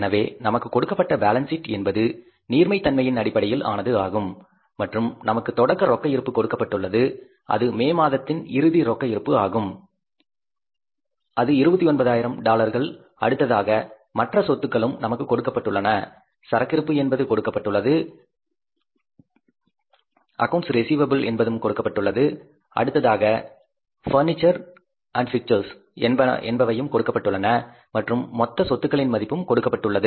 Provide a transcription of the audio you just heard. எனவே நமக்கு கொடுக்கப்பட்ட பேலன்ஸ் சீட் என்பது நீர்மை தன்மையின் அடிப்படையில் ஆனது ஆகும் மற்றும் நமக்கு ஓப்பனிங் கேஸ் பேலன்ஸ் கொடுக்கப்பட்டுள்ளது அது மே மாதத்தின் க்ளோஸிங் கேஸ் பேலன்ஸ் ஆகும் அது 29 ஆயிரம் டாலர்கள் அடுத்ததாக மற்ற சொத்துக்களும் நமக்கு கொடுக்கப்பட்டுள்ளன சரக்கு இருப்பு என்பது கொடுக்கப்பட்டுள்ளது அக்கவுண்ட்ஸ் ரிஸீவப்பில் என்பதும் கொடுக்கப்பட்டுள்ளது அடுத்ததாக பர்னிச்சர் அண்ட் பிக்சர்ஸ் என்பவையும் கொடுக்கப்பட்டுள்ளன மற்றும் மொத்த அஸ்ஸட்ஸ் மதிப்பும் கொடுக்கப்பட்டுள்ளன